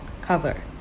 cover